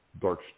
dark